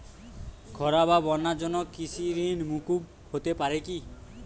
খরা বা বন্যার জন্য কৃষিঋণ মূকুপ হতে পারে কি?